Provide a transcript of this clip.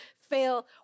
fail